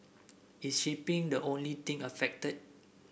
is shipping the only thing affected